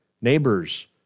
neighbors